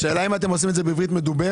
השאלה אם אתם עושים את זה בעברית מדוברת